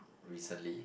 recently